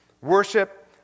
Worship